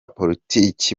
politiki